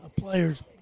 players